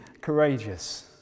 courageous